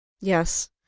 Yes